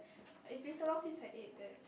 like it's been so long since I ate that